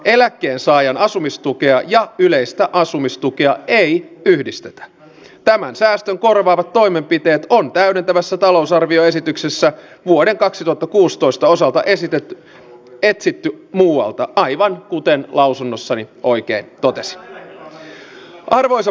maahanmuuttajien pitää ymmärtää että me suomalaiset olemme yksilöitä ja meillä on täydentävässä talousarvioesityksessä vuoden kaksituhattakuusitoista osalta esitetyt täällä pitkäaikainen hyvä kulttuuri ja kehittynyt yhteiskuntajärjestelmä ja oikeusjärjestys